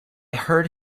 heard